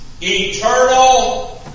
eternal